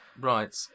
Right